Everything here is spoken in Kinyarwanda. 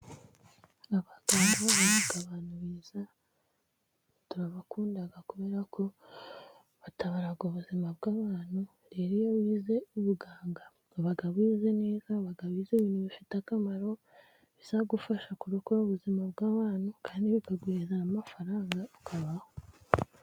Abaganga baba ari abantu beza turabakunda, kubera ko batabara ubuzima bw'abantu. Rero iyo wize ubuganga uba wize neza, uba wize ibintu bifite akamaro, bizagufasha kurokora ubuzima bw'abantu, kandi bikaguhereza n'amafaranga ukabaho.